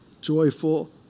Joyful